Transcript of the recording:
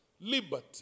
Liberty